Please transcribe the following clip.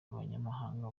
abanyamahanga